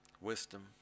wisdom